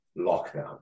lockdown